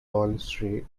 balustrade